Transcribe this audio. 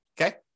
okay